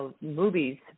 movies